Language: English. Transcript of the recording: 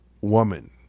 woman